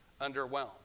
underwhelmed